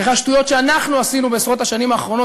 אחרי השטויות שעשינו בעשרות השנים האחרונות